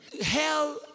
Hell